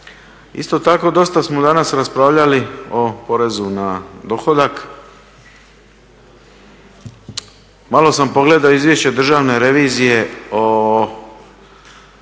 Isto tako dosta smo danas raspravljali o porezu na dohodak. Malo sam pogledao izvješće Državne revizije o